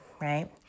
right